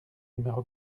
numéro